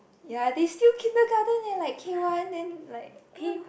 ya they still kindergarten leh like K one then oh-my-god